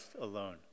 alone